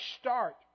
start